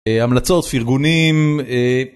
המלצות, פרגונים.